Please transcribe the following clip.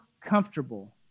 comfortable